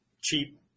cheap